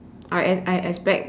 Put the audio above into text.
I ex~ I expect